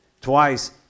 Twice